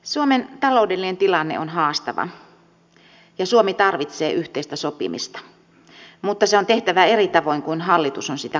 suomen taloudellinen tilanne on haastava ja suomi tarvitsee yhteistä sopimista mutta se on tehtävä eri tavoin kuin hallitus on sitä kaavaillut